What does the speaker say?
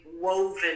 woven